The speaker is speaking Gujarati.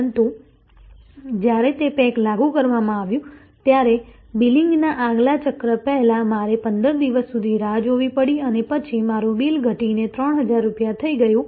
પરંતુ જ્યારે તે પેક લાગુ કરવામાં આવ્યું ત્યારે બિલિંગના આગલા ચક્ર પહેલાં મારે 15 દિવસ સુધી રાહ જોવી પડી અને પછી મારું બિલ ઘટીને 3000 રૂપિયા થઈ ગયું